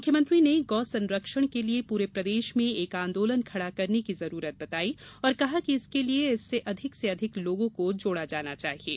मुख्यमंत्री ने गौ संरक्षण के लिए पूरे प्रदेश में एक आंदोलन खड़ा करने की जरूरत बताई और कहा कि इसके लिए इससे अधिक से अधिक लोगों को जोड़ा जाना चाहिये